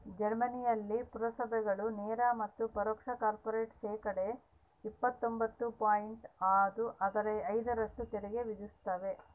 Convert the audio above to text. ಜರ್ಮನಿಯಲ್ಲಿ ಪುರಸಭೆಗಳು ನೇರ ಮತ್ತು ಪರೋಕ್ಷ ಕಾರ್ಪೊರೇಟ್ ಶೇಕಡಾ ಇಪ್ಪತ್ತೊಂಬತ್ತು ಪಾಯಿಂಟ್ ಆರು ಐದರಷ್ಟು ತೆರಿಗೆ ವಿಧಿಸ್ತವ